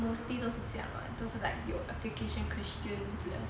mostly 都是这样的都是有 application question plus